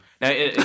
Now